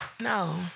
No